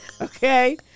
Okay